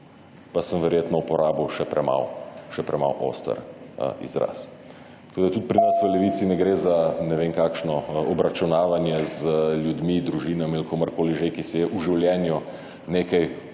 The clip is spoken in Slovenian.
pa sem verjetno uporabil še premalo oster izraz. Tako, da tudi pri nas v Levici ne gre za ne vem kakšno obračunavanje z ljudmi, družine, komerkoli že, ki se je v življenju nekaj